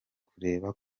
kureba